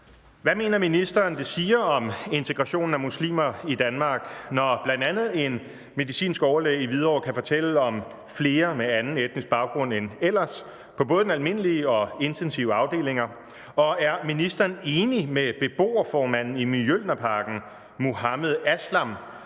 Hvad mener ministeren det siger om integrationen af muslimer i Danmark, når bl.a. en medicinsk overlæge i Hvidovre kan fortælle om »flere med anden etnisk baggrund end ellers« på både almindelig og intensiv afdeling, og er ministeren enig med beboerformanden i Mjølnerparken, Mohammed Aslam,